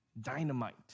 dynamite